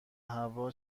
هوا